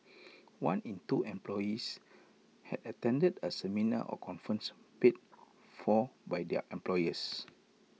one in two employees had attended A seminar or conference paid for by their employers